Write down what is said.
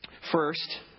First